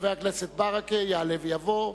חבר הכנסת ברכה יעלה ויבוא.